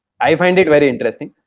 i find? very interesting.